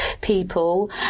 people